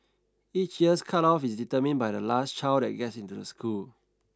each year's cut off is determined by the last child that gets into the school